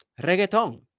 reggaeton